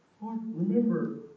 remember